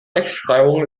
rechtschreibung